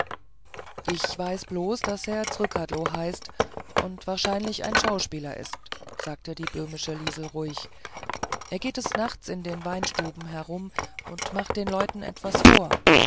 ich weiß bloß daß er zrcadlo heißt und wahrscheinlich ein schauspieler ist sagte die böhmische liesel ruhig er geht des nachts in den weinstuben herum und macht den leuten etwas vor